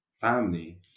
family